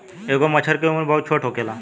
एगो मछर के उम्र बहुत छोट होखेला